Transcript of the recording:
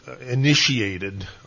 initiated